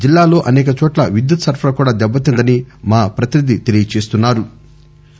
జిల్లాలో అనేకచోట్ల విద్యుత్ సరఫరా కూడా దెబ్బతిందని మా ప్రతినిధి తెలియజేస్తున్సారు